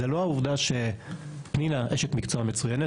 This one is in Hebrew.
זו לא העובדה שפנינה אשת מקצוע מצוינת,